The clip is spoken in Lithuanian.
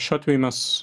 šiuo atveju mes